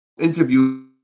interview